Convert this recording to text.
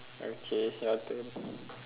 okay your turn